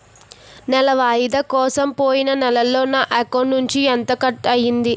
నెల వాయిదా కోసం పోయిన నెలలో నా అకౌంట్ నుండి ఎంత కట్ అయ్యింది?